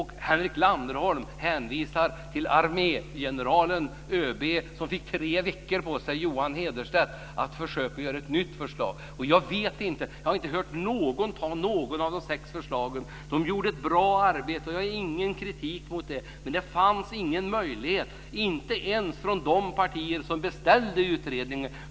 Henrik Landerholm hänvisar till armégeneralen, ÖB Johan Hederstedt, som fick tre veckor på sig att försöka komma med ett nytt förslag. Jag har inte hört någon anta något av de sex förslagen. De gjorde ett bra arbete, jag har ingen kritik mot det. Men det fanns ingen möjlighet, inte ens från de partier som beställde utredningen.